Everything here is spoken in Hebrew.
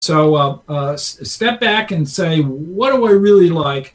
So step back and say, what do I really like?